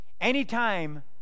Anytime